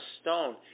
stone